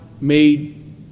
made